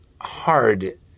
hard